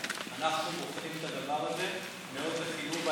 אנחנו בוחנים את הדבר הזה מאוד בחיוב,